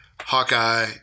Hawkeye